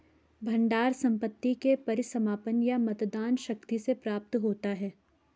भंडार संपत्ति के परिसमापन या मतदान शक्ति से प्राप्त होता है